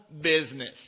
business